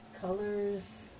Colors